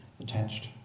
attached